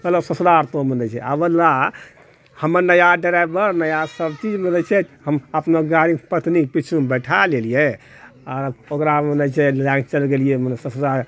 गेलहुँ ससुरार तऽ बोलए छै हमे नया ड्राइवर नया सब चीज बोलए छै हम अपना गाड़ी पर पत्नीके पीछूँमे बैठा लेलिऐ आर ओकरा हम कहए छै लएके चल गेलिऐ ससुरार